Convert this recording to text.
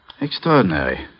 Extraordinary